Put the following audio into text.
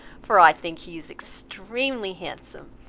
for i think he is extremely handsome.